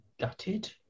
gutted